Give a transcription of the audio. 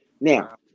Now